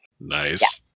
Nice